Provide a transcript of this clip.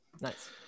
Nice